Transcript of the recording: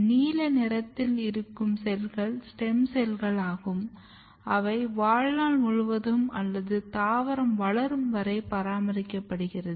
நீல நிறத்தில் இருக்கும் செல்கள் ஸ்டெம் செல்கள் ஆகும் அவை வாழ்நாள் முழுவது அல்லது தாவரம் வளரும் வரை பராமரிக்கப்படுகிறது